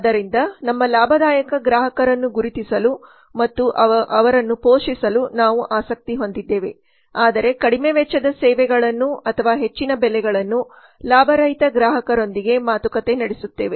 ಆದ್ದರಿಂದ ನಮ್ಮ ಲಾಭದಾಯಕ ಗ್ರಾಹಕರನ್ನು ಗುರುತಿಸಲು ಮತ್ತು ಅವುಗಳನ್ನು ಪೋಷಿಸಲು ನಾವು ಆಸಕ್ತಿ ಹೊಂದಿದ್ದೇವೆ ಆದರೆ ಕಡಿಮೆ ವೆಚ್ಚದ ಸೇವೆಗಳನ್ನು ಅಥವಾ ಹೆಚ್ಚಿನ ಬೆಲೆಗಳನ್ನು ಲಾಭರಹಿತ ಗ್ರಾಹಕರೊಂದಿಗೆ ಮಾತುಕತೆ ನಡೆಸುತ್ತೇವೆ